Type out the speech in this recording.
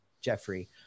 Jeffrey